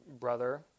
brother